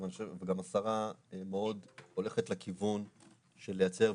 גם השרה מאוד הולכת לכיוון של לייצר,